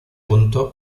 punto